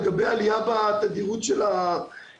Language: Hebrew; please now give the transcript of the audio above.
לגבי העלייה בתדירות של הסערות,